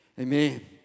Amen